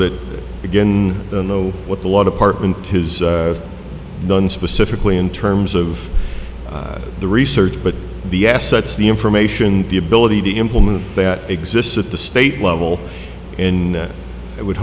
that the know what the law department has done specifically in terms of the research but the assets the information the ability to implement that exists at the state level and i would